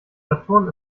saturn